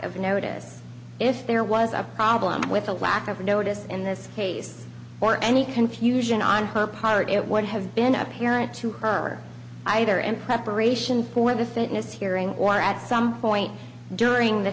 of notice if there was a problem with a lack of notice in this case or any confusion on her part it would have been apparent to her either in preparation for the fitness hearing or at some point during the